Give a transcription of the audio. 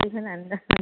बिदि होनानै